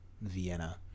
vienna